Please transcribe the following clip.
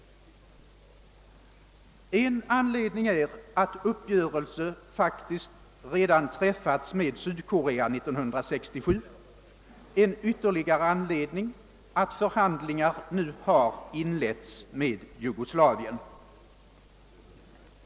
En annan anledning är att uppgörelse faktiskt redan år 1967 träffats med Sydkorea, och en ytterligare att förhandlingar nu har inletts med Jugoslavien.